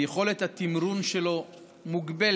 ויכולת התמרון שלו מוגבלת